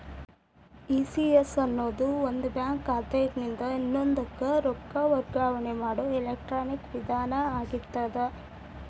ECS ಅನ್ನೊದು ಒಂದ bank ಖಾತಾದಿನ್ದ ಇನ್ನೊಂದಕ್ಕ ರೊಕ್ಕ ವರ್ಗಾವಣೆ ಮಾಡೊ ಎಲೆಕ್ಟ್ರಾನಿಕ್ ವಿಧಾನ ಆಗಿರ್ತದ